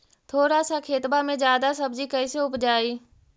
थोड़ा सा खेतबा में जादा सब्ज़ी कैसे उपजाई?